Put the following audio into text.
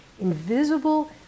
invisible